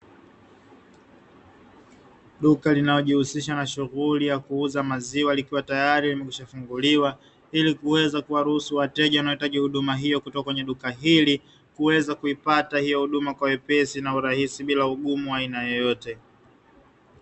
Duka linalojihusisha na shughuli ya kuuza maziwa likiwa tayari limekwisha kufunguliwa, ili kuweza kuwaruhusu wateja wanaohitaji huduma hiyo kutoka kwenye hili, kuweza kuipata hiyo huduma kwa wepesi na urahisi bila ugumu wa aina yoyote.